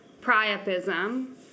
priapism